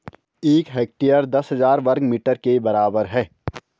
एक हेक्टेयर दस हजार वर्ग मीटर के बराबर है